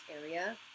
area